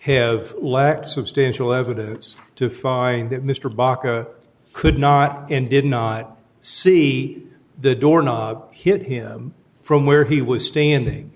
have lacked substantial evidence to find that mr baka could not and did not see the door not hit him from where he was standing